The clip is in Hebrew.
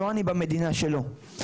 לא אני במדינה שלו.